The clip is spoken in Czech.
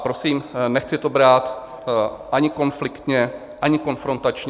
Prosím, nechci to brát ani konfliktně ani konfrontačně.